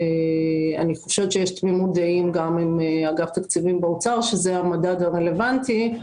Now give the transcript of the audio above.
יש תמימות דעים גם עם אגף התקציבים באוצר שזה המדד הרלוונטי.